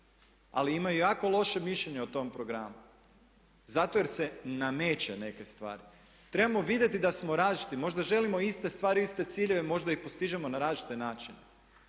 Ali imaju jako loše mišljenje o tom programu. Zato jer se nameće neke stvari. Trebamo vidjeti da smo različiti. Možda želimo iste stvari, iste ciljeve, možda ih postižemo na različite načine.